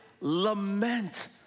lament